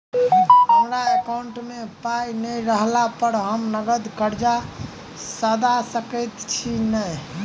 हमरा एकाउंट मे पाई नै रहला पर हम नगद कर्जा सधा सकैत छी नै?